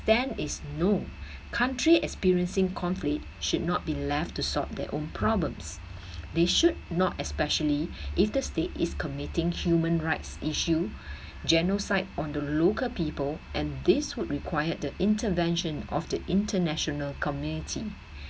then is no country experiencing complete should not be left to sort their own problems they should not especially if the state is committing human rights issue genocide on the local people and this would require the intervention of the international community